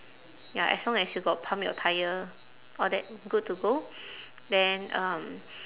ya as long as you got pump your tyre all that good to go then um